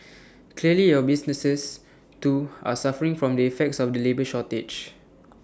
clearly your businesses too are suffering from the effects of the labour shortage